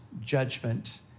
judgment